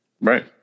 Right